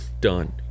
Done